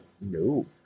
no